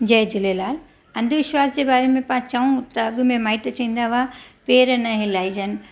जय झूलेलाल अंधविश्वास जे बारे में पाण चयूं त अॻिमें माइट चवंदा हुआ पेर न हिलाइजनि